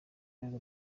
rwego